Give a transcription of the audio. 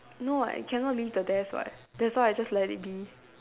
no I cannot leave the desk [what] that's why I just let it be